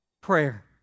Prayer